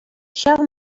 ҫав